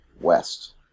west